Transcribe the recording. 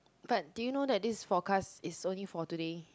but do you know that this forecast is only for today